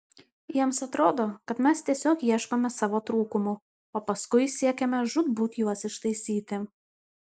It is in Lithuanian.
jiems atrodo kad mes tiesiog ieškome savo trūkumų o paskui siekiame žūtbūt juos ištaisyti